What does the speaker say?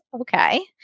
okay